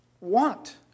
want